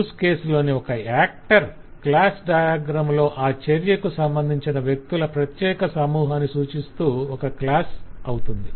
use case లోని ఒక actor class diagram లో ఆ చర్యకు సంబంధించిన వ్యక్తుల ప్రత్యెక సమూహాన్ని సూచిస్తూ ఒక క్లాస్ అవుతుంది